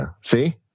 See